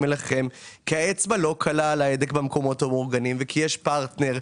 אליכם כי האצבע לא קלה על ההדק במקומות המאורגנים ויש פרטנר.